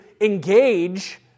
engage